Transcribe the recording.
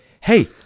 hey